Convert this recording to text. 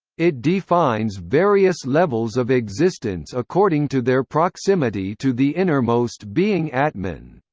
it defines various levels of existence according to their proximity to the innermost being atman.